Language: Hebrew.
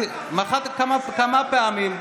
מחאתם כפיים כמה פעמים.